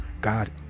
God